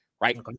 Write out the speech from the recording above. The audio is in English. Right